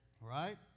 Right